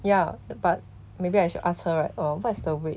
ya but maybe I should ask her right err what's the weight